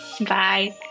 Bye